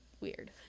weird